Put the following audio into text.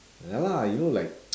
ya lah you know like